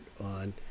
on